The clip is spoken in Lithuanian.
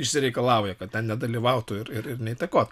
išsireikalauja kad ten nedalyvautų ir ir neįtakotų